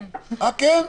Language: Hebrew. אה, כן?